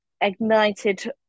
ignited